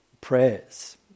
prayers